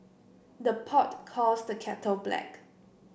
the pot calls the kettle black